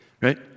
Right